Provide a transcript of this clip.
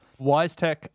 WiseTech